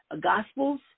gospels